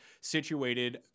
situated